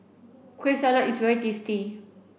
Kueh Salat is very tasty